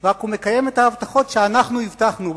רק הוא מקיים את ההבטחות שאנחנו הבטחנו,